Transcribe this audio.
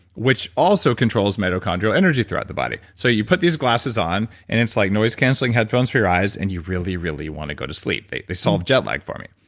which also controls mitochondrial energy throughout the body so you put these glasses on, and it's like noise-canceling headphones for your eyes, and you really, really want to go to sleep. they they solved jet lag for me.